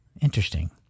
Interesting